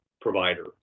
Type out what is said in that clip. provider